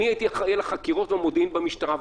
הייתי אחראי על החקירות והמודיעין במשטרה,